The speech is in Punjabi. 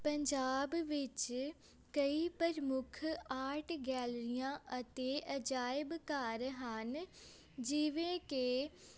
ਪੰਜਾਬ ਵਿੱਚ ਕਈ ਪ੍ਰਮੁੱਖ ਆਰਟ ਗੈਲਰੀਆਂ ਅਤੇ ਅਜਾਇਬ ਘਰ ਹਨ ਜਿਵੇਂ ਕਿ